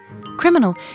Criminal